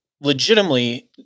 legitimately